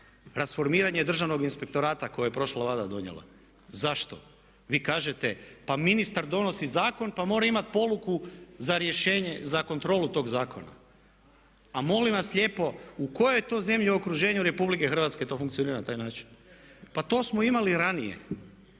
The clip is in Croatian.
rasformiranje Državnog inspektorata koje je prošla Vlada donijela. Zašto? Vi kažete pa ministar donosi zakon, pa mora imati poluku za rješenje, za kontrolu tog zakona. A molim vas lijepo u kojoj to zemlji u okruženju Republike Hrvatske to funkcionira na taj način. Pa to smo imali ranije.